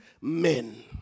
men